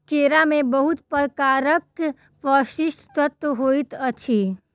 केरा में बहुत प्रकारक पौष्टिक तत्व होइत अछि